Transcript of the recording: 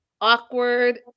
Awkward